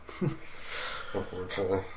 unfortunately